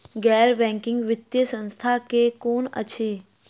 गैर बैंकिंग वित्तीय संस्था केँ कुन अछि?